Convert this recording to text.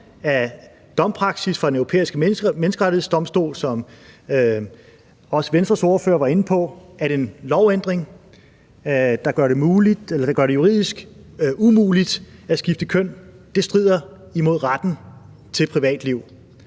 af domspraksis fra Den Europæiske Menneskerettighedsdomstol, som også Venstres ordfører var inde på, at en lovændring, der gør det juridisk umuligt at skifte køn, strider imod retten til privatliv.